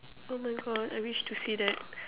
oh my God I wish to see that